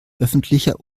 öffentlicher